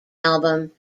album